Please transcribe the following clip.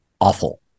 awful